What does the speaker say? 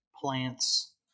plants